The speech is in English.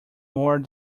more